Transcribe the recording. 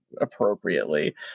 appropriately